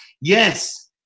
Yes